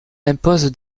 impose